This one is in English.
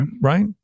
Right